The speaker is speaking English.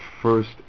first